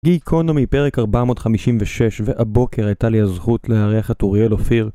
גיקונומי, פרק 456, והבוקר הייתה לי הזכות לארח את אוריאל אופיר.